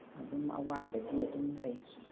ꯑꯗꯨꯝ ꯑꯋꯥꯠꯄꯗꯤ ꯑꯗꯨꯝ ꯂꯩꯈꯤ